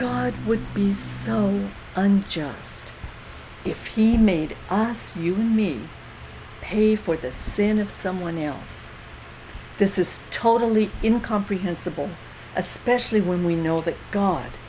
god would be sown unjust if he made us you need pay for the sin of someone else this is totally in comprehensible especially when we know that god